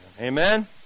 Amen